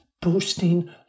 boosting